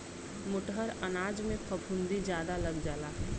मोटहर अनाजन में फफूंदी जादा लग जाला